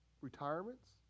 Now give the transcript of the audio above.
retirements